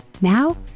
Now